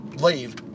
Leave